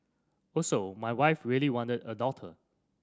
also my wife really wanted a daughter